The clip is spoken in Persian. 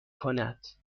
کند